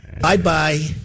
Bye-bye